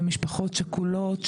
במשפחות שכולות,